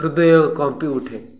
ହୃଦୟ କମ୍ପି ଉଠେ